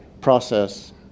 process